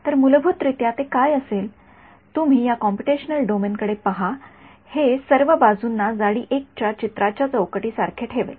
तर मुलभूत रित्या ते काय करेल तुम्ही या कॉम्पुटेशनल डोमेनकडे पहा हे हे सर्व बाजूंना जाडी १ च्या चित्राच्या चौकटी सारखे ठेवेल